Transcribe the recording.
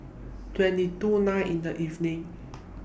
twenty to nine in The evening